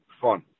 fun